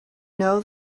know